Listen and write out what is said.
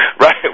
Right